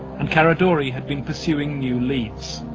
and caradore had been pursuing new leads.